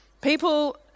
People